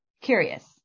curious